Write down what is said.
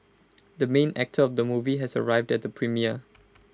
the main actor of the movie has arrived at the premiere